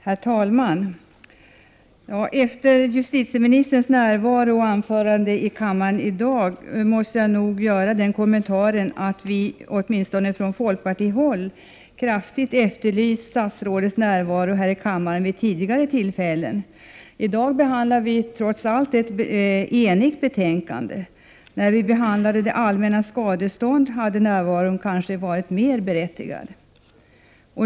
Herr talman! Efter justitieministerns närvaro och anförande i kammaren i dag måste jag ändå göra kommentaren att vi åtminstone från folkpartihåll kraftigt har efterlyst statsrådets närvaro här i kammaren vid tidigare tillfällen. I dag behandlar vi trots allt ett enigt betänkande. När vi behandlade det allmänna skadeståndet hade närvaron kanske varit mer berättigad.